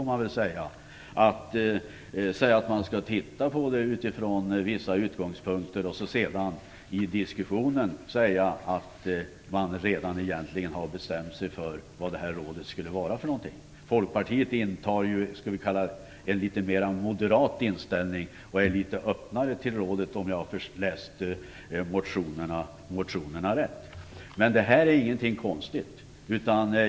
Man säger att man skall titta på ärendet utifrån vissa utgångspunkter, och säger sedan i diskussionen att man egentligen redan har bestämt sig för hur rådet skall arbeta. Folkpartiet intar en litet mer moderat inställning och är litet öppnare till rådet, om jag har läst motionerna rätt. Men det är ingenting konstigt.